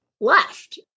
left